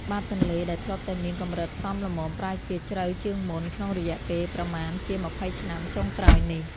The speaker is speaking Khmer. បាតទន្លេដែលធ្លាប់តែមានកម្រិតសមល្មមប្រែជាជ្រៅជាងមុន ក្នុងរយៈពេលប្រមាណជាម្ភៃឆ្នាំចុងក្រោយនេះ។